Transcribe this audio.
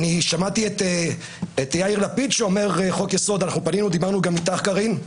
שמעתי את יאיר לפיד אומר, ודיברנו גם איתך, קארין.